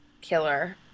killer